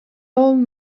old